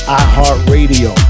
iHeartRadio